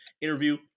interview